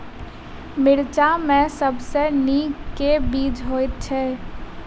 मिर्चा मे सबसँ नीक केँ बीज होइत छै?